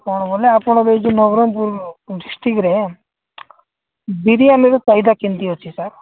କଣ ବୋଲେ ଆପଣଙ୍କ ଏ ଯେଉଁ ନବରଙ୍ଗପୁର ଡିଷ୍ଟ୍ରିକ୍ଟରେ ବିରିୟାନିର ଫାଇଦା କେମିତି ଅଛି ସାର୍